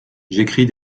j’écris